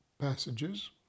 passages